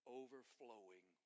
overflowing